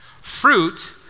Fruit